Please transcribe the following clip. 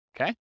Okay